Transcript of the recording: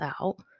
out